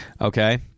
Okay